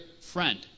friend